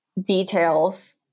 details